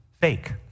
fake